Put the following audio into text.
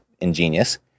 ingenious